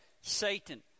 Satan